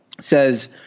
says